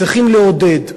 צריכים לעודד.